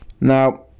Now